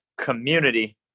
community